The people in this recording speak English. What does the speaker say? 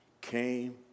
Came